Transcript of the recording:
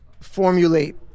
formulate